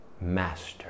Master